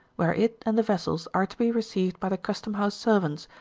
where it and the vessels are to be received by the custom ouse servants,